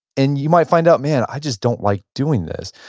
and you might find out, man, i just don't like doing this.